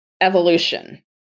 evolution